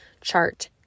chart